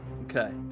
Okay